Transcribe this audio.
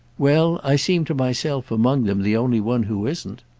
well i seem to myself among them the only one who isn't.